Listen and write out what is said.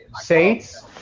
Saints